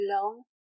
long